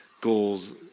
goals